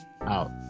out